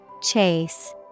Chase